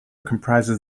comprises